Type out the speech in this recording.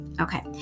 okay